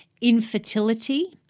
infertility